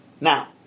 Now